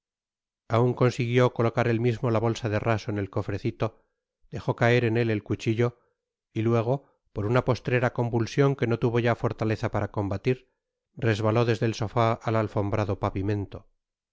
aun consiguió colocar él mismo la bolsa de raso en et cofrecito dejó caer en él el cuchillo y luego por una poslrera convulsion que no tuvo ya fortaleza para combatir resbaló desde el sofá al alfombrado pavimento